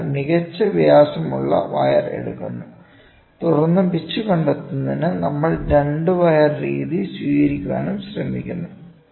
അതിനാൽ മികച്ച വ്യാസമുള്ള വയർ എടുക്കുന്നു തുടർന്ന് പിച്ച് കണ്ടെത്തുന്നതിന് നമ്മൾ 2 വയർ രീതി സ്വീകരിക്കാനും ശ്രമിക്കുന്നു